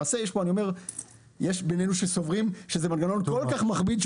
למעשה יש בינינו שסוברים שזה מנגנון כל כך מכביד,